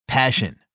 Passion